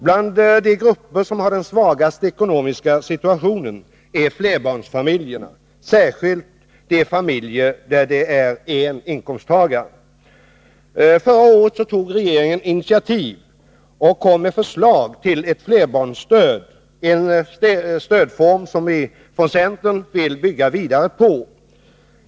Bland de grupper som har den svagaste ekonomiska situationen är flerbarnsfamiljerna, särskilt de familjer där det är en inkomsttagare. Förra året tog regeringen initiativ och kom med förslag till ett flerbarnsstöd, en stödform som vi i centern vill bygga vidare på.